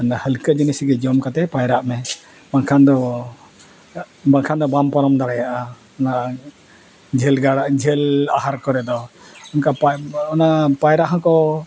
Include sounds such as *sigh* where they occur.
ᱚᱱᱟ ᱦᱟᱹᱞᱠᱟᱹ ᱡᱤᱱᱤᱥᱜᱮ ᱡᱚᱢ ᱠᱟᱛᱮᱫ ᱯᱟᱭᱨᱟᱜ ᱢᱮ ᱵᱟᱠᱷᱟᱱ ᱫᱚ ᱵᱟᱠᱷᱟᱱ ᱫᱚ ᱵᱟᱢ ᱯᱟᱨᱚᱢ ᱫᱟᱲᱮᱭᱟᱜᱼᱟ ᱚᱱᱟ ᱡᱷᱟᱹᱞ ᱜᱟᱰᱟ ᱡᱷᱟᱹᱞ ᱟᱦᱟᱨ ᱠᱚᱨᱮ ᱫᱚ ᱚᱱᱠᱟ ᱚᱱᱟ *unintelligible* ᱯᱟᱭᱨᱟ ᱦᱚᱸᱠᱚ